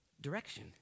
direction